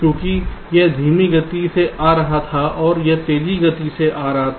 क्योंकि यह धीमी गति से आ रहा था और यह तेजी से आ रहा था